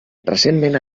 recentment